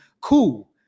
Cool